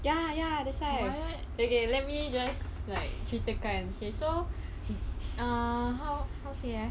ya ya that's why okay let me just like ceritakan okay so err how how to say